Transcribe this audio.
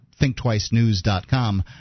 ThinkTwiceNews.com